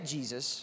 Jesus